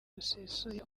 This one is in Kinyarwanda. busesuye